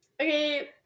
Okay